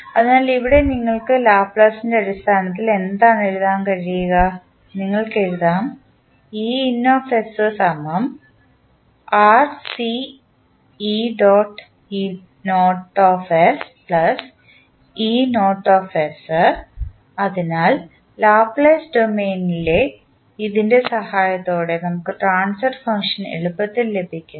അതിനാൽ ഇവിടെ നിങ്ങൾക്ക് ലാപ്ലേസിൻറെ അടിസ്ഥാനത്തിൽ എന്താണ് എഴുതാൻ കഴിയുക നിങ്ങൾക്ക് എഴുതാം അതിനാൽ ലാപ്ലേസ് ഡൊമെയ്നിലെ ഇതിൻറെ സഹായത്തോടെ നമുക്ക് ട്രാൻസ്ഫർ ഫംഗ്ഷൻ എളുപ്പത്തിൽ ലഭിക്കും